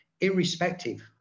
irrespective